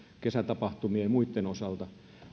kesätapahtumien ja muitten osalta